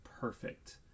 perfect